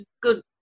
good